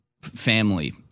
family